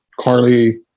Carly